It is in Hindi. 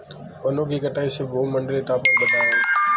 वनों की कटाई से भूमंडलीय तापन बढ़ा है